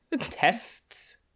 Tests